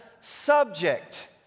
subject